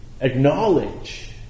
acknowledge